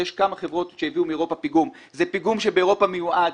יש כמה חברות שהביאו מאירופה פיגום שבכלל מיועד